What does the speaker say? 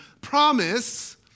Promise